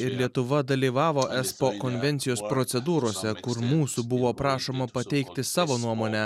ir lietuva dalyvavo esbo konvencijos procedūrose kur mūsų buvo prašoma pateikti savo nuomonę